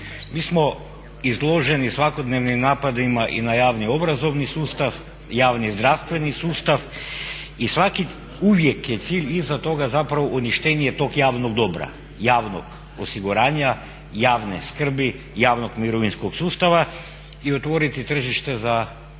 Mi smo izloženi svakodnevnim napadima i na javni obrazovni sustav, javni zdravstveni sustav i uvijek je cilj iza toga zapravo uništenje tog javnog dobra, javnog osiguranja, javne skrbi, javnog mirovinskog sustava i otvoriti tržište za